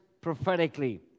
prophetically